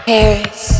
Paris